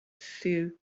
llyw